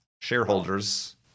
shareholders